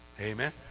amen